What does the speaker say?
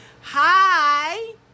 Hi